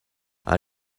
are